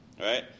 right